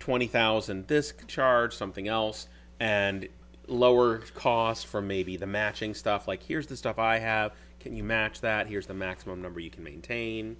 twenty thousand this charge something else and lower the cost for maybe the matching stuff like here's the stuff i have can you match that here is the maximum number you can maintain